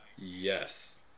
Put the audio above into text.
yes